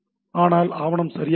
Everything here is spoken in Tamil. ஆனால் ஆவணம் சரியாக இல்லை